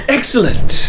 Excellent